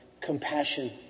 compassion